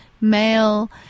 male